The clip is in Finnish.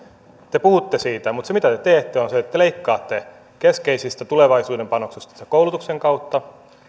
te puhutte siitä mutta se mitä te teette on se että te leikkaatte keskeisistä tulevaisuuden panostuksista koulutuksen kautta